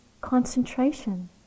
concentration